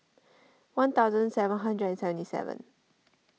one thousand seven hundred and seventy seven